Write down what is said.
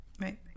Right